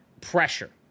pressure